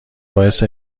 باعث